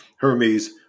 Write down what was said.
Hermes